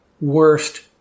worst